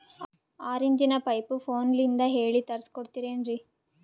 ಆರಿಂಚಿನ ಪೈಪು ಫೋನಲಿಂದ ಹೇಳಿ ತರ್ಸ ಕೊಡ್ತಿರೇನ್ರಿ?